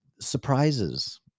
surprises